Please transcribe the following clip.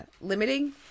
limiting